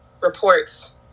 reports